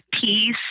peace